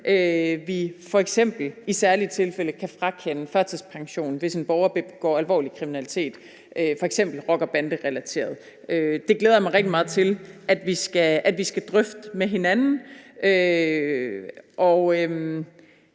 vi f.eks. i særlige tilfælde kan frakende førtidspensionen, hvis en borger begår alvorlig kriminalitet, f.eks. rocker- og banderelateret kriminalitet. Det glæder jeg mig rigtig meget til at vi skal drøfte med hinanden.